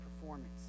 performance